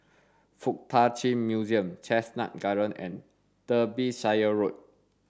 Fuk Tak Chi Museum Chestnut Gardens and Derbyshire Road